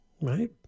Right